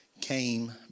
came